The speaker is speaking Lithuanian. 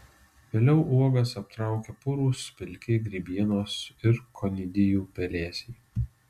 vėliau uogas aptraukia purūs pilki grybienos ir konidijų pelėsiai